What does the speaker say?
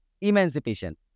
emancipation